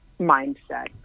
mindset